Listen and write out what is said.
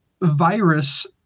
virus